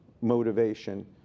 motivation